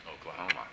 Oklahoma